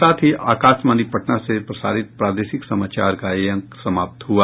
इसके साथ ही आकाशवाणी पटना से प्रसारित प्रादेशिक समाचार का ये अंक समाप्त हुआ